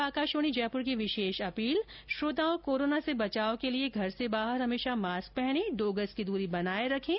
और अब आकाशवाणी जयपुर की विशेष अपील श्रोताओं कोरोना से बचाव के लिए घर से बाहर हमेशा मास्क पहनें और दो गज की दूरी बनाए रखें